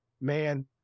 man